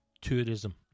tourism